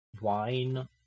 wine